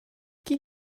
qui